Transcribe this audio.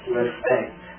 respect